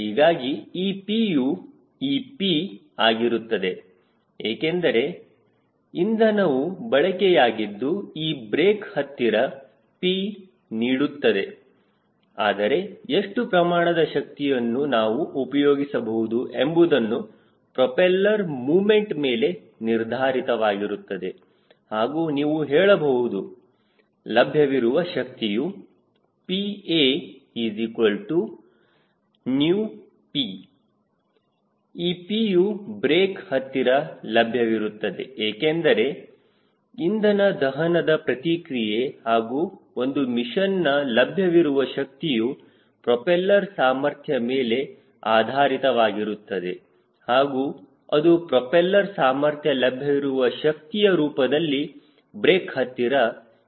ಹೀಗಾಗಿ ಈ Pಯು ಈ P ಆಗಿರುತ್ತದೆ ಏಕೆಂದರೆ ಇಂಧನವು ಬಳಕೆಯಾಗಿದ್ದು ಈ ಬ್ರೇಕ್ ಹತ್ತಿರ P ನೀಡುತ್ತದೆ ಆದರೆ ಎಷ್ಟು ಪ್ರಮಾಣದ ಶಕ್ತಿಯನ್ನು ನಾವು ಉಪಯೋಗಿಸಬಹುದು ಎಂಬುದನ್ನು ಪ್ರೋಪೆಲ್ಲರ್ ಮೂಮೆಂಟ್ ಮೇಲೆ ನಿರ್ಧಾರಿತವಾಗುತ್ತದೆ ಹಾಗೂ ನೀವು ಹೇಳಬಹುದು ಲಭ್ಯವಿರುವ ಶಕ್ತಿಯು PaP ಈ P ಯು ಬ್ರೇಕ್ ಹತ್ತಿರ ಲಭ್ಯವಿರುತ್ತದೆ ಏಕೆಂದರೆ ಇಂಧನ ದಹನದ ಪ್ರತಿಕ್ರಿಯೆ ಹಾಗೂ ಒಂದು ಮಷೀನ್ನ ಲಭ್ಯವಿರುವ ಶಕ್ತಿಯು ಪ್ರೋಪೆಲ್ಲರ್ ಸಾಮರ್ಥ್ಯ ಮೇಲೆ ಆಧಾರಿತವಾಗಿರುತ್ತದೆ ಹಾಗೂ ಅದು ಪ್ರೋಪೆಲ್ಲರ್ ಸಾಮರ್ಥ್ಯ ಲಭ್ಯವಿರುವ ಶಕ್ತಿಯ ರೂಪದಲ್ಲಿ ಬ್ರೇಕ್ ಹತ್ತಿರ ಇರುತ್ತದೆ